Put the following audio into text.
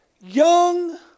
young